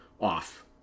off